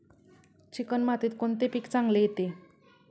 Chicken मातीत कोणते पीक चांगले येते?